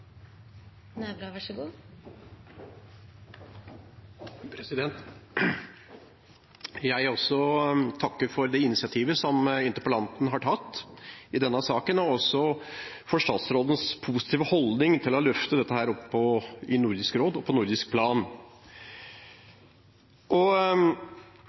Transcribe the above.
initiativet som interpellanten har tatt i denne saken, og for statsrådens positive holdning til å løfte dette opp i Nordisk råd og på nordisk plan. Og